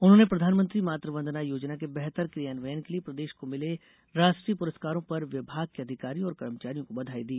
उन्होंने प्रधानमंत्री मातू वंदना योजना के बेहतर कियान्वयन के लिए प्रदेश को मिले राष्ट्रीय पुरस्कारों पर विभाग के अधिकारियों और कर्मचारियों को बधाई दी